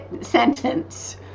sentence